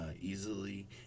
easily